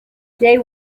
they